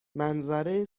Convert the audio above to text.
منظره